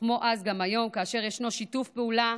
וכמו אז, גם היום, כאשר ישנו שיתוף פעולה